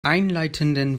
einleitenden